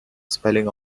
spelling